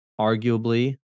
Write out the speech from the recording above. arguably